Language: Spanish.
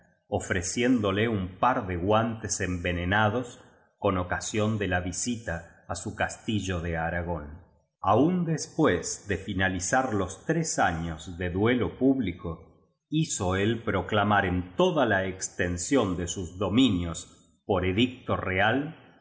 ofreciéndole un par de guantes envenenados con ocasión de la visita a su castillo de aragón aun después de finalizar los tres años de duelo público hizo él proclamar en toda la extensión de sus dominios por edicto real